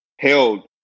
held